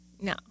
No